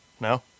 no